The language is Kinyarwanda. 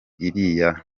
iriya